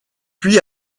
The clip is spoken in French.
puis